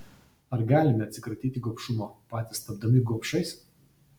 ar galime atsikratyti gobšumo patys tapdami gobšais